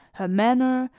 her manner,